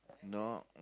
no